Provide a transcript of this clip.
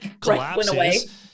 collapses